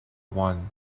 one